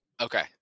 okay